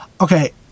okay